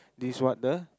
this is what the